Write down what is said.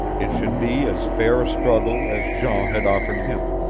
it should be as fair a struggle as jean had offered him,